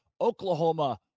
Oklahoma